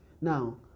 Now